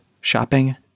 Shopping